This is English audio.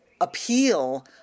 appeal